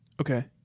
Okay